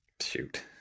Shoot